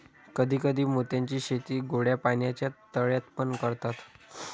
कधी कधी मोत्यांची शेती गोड्या पाण्याच्या तळ्यात पण करतात